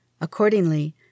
Accordingly